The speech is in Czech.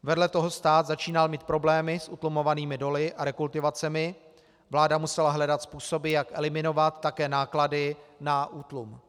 Vedle toho stát začínal mít problémy s utlumovanými doly a rekultivacemi, vláda musela hledat způsoby, jak eliminovat také náklady na útlum.